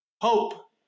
Hope